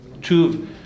Two